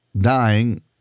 dying